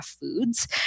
foods